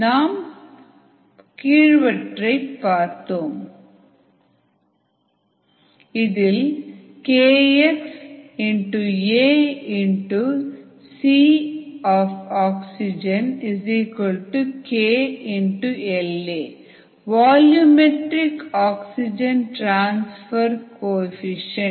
நாம் பார்த்தோம் Flux moles transferredareatime KxxA xAL Mass transfer rate moles transferredtime Kx AxA xAL where Ainterfacial area moles transferredVolumetime Kx AVxA xAL Kx axA xAL where ainterfacial area per unit volume Kx aCO2KLA volume metric oxygen transfer coefficient